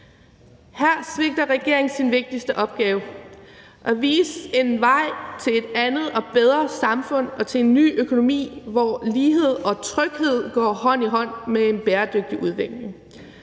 Her svigter regeringen sin vigtigste opgave, nemlig at vise en vej til et andet og bedre samfund og til en ny økonomi, hvor lighed og tryghed går hånd i hånd med en bæredygtig udvikling.